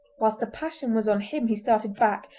whilst the passion was on him he started back,